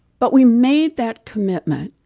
but we made that commitment,